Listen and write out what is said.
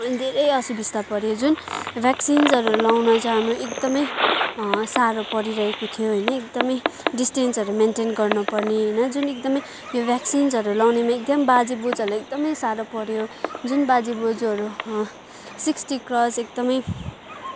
धेरै असुबिस्ता पऱ्यो जुन भ्याक्सिन्सहरू लगाउन जान एकदमै साह्रो परिरहेको थियो होइन एकदमै डिस्टेन्सहरू मेन्टेन गर्नपर्ने होइन जुन एकदमै यो भ्याक्सिन्सहरू लाउनेमा एकदम बाजे बज्यूहरूलाई एकदमै साह्रो पऱ्यो जुन बाजे बज्यूहरू सिक्सटी क्रस एकदमै